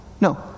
No